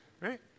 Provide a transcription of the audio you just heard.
Right